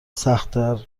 سختتر